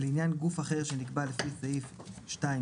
לעניין גוף אחר שנקבע על פי סעיף 2/ג',